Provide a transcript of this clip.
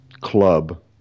club